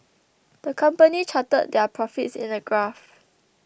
the company charted their profits in a graph